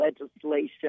legislation